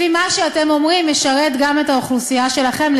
לפי מה שאתם אומרים, ישרת גם את האוכלוסייה שלכם.